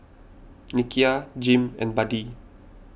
Nikia Jim and Buddie